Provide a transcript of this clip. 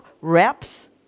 reps